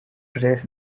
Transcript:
press